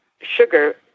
sugar